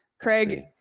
Craig